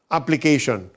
Application